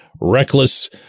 reckless